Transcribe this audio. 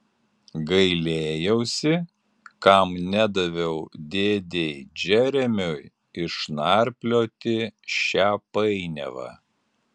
gailėjausi kam nedaviau dėdei džeremiui išnarplioti šią painiavą